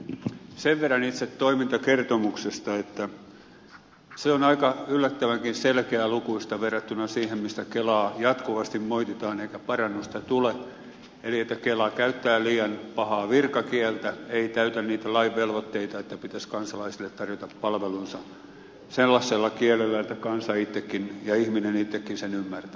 sen verran itse toimintakertomuksesta että se on aika yllättävänkin selkeälukuista verrattuna siihen mistä kelaa jatkuvasti moititaan eikä parannusta tule eli kela käyttää liian pahaa virkakieltä ei täytä niitä lain velvoitteita että pitäisi kansalaisille tarjota palvelunsa sellaisella kielellä että kansa ja ihminen itsekin sen ymmärtäisi